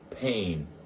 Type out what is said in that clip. Pain